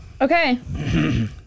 Okay